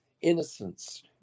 innocence